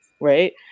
right